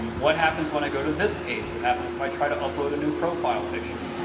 what happens when i go to this page? what happens if i try to upload a new profile picture?